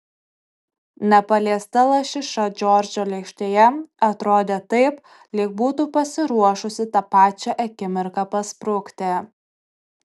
nepaliesta lašiša džordžo lėkštėje atrodė taip lyg būtų pasiruošusi tą pačią akimirką pasprukti